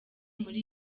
muri